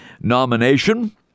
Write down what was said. nomination